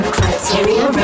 Criteria